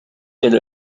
telle